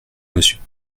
monsieur